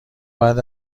بعد